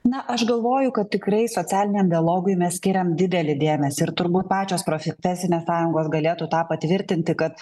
na aš galvoju kad tikrai socialiniam dialogui mes skiriam didelį dėmesį ir turbūt pačios profesinės sąjungos galėtų tą patvirtinti kad